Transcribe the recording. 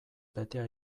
betea